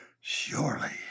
surely